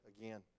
again